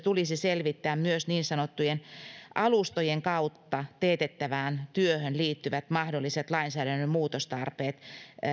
tulisi selvittää myös niin sanottujen alustojen kautta teetettävään työhön liittyvät mahdolliset lainsäädännön muutostarpeet